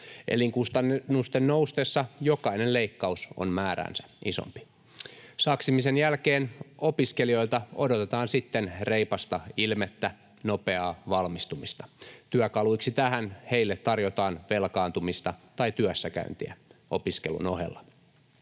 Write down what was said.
Elinkustannusten noustessa jokainen leikkaus on määräänsä isompi. Saksimisen jälkeen opiskelijoilta odotetaan sitten reipasta ilmettä, nopeaa valmistumista. Työkaluiksi tähän heille tarjotaan velkaantumista tai työssäkäyntiä opiskelun ohella.